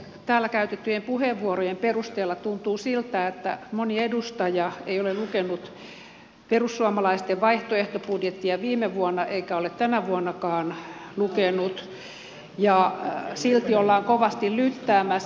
täällä käytettyjen puheenvuorojen perusteella tuntuu siltä että moni edustaja ei ole lukenut perussuomalaisten vaihtoehtobudjettia viime vuonna eikä ole tänä vuonnakaan lukenut ja silti ollaan kovasti lyttäämässä